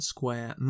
Square